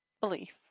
belief